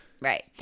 Right